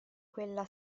quella